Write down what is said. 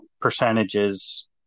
percentages